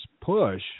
push